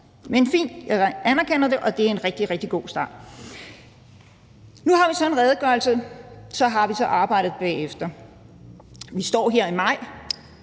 er fint, jeg anerkender det, og det er en rigtig, rigtig god start. Nu har vi så en redegørelse. Så har vi så arbejdet bagefter. Vi står her i maj,